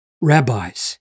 rabbis